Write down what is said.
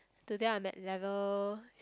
today I'm at level